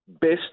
best